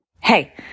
Hey